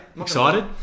Excited